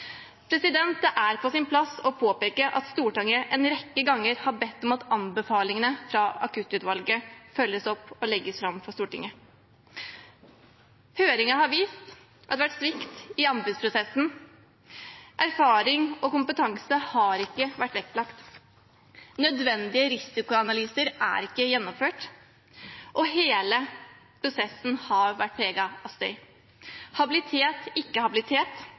Det er på sin plass å påpeke at Stortinget en rekke ganger har bedt om at anbefalingene fra akuttutvalget følges opp og legges fram for Stortinget. Høringen har vist at det har vært svikt i anbudsprosessen. Erfaring og kompetanse har ikke vært vektlagt. Nødvendige risikoanalyser er ikke gjennomført, og hele prosessen har vært preget av